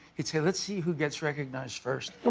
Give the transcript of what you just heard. he'd say let's see who gets recognized first.